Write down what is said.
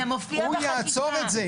הוא יעצור את זה.